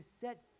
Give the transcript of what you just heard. set